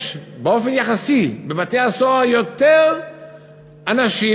יש באופן יחסי בבתי-הסוהר יותר אנשים,